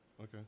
Okay